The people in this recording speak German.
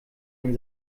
den